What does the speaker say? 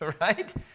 Right